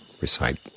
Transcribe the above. recite